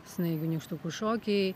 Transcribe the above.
snaigių nykštukų šokiai